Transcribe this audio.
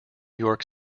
york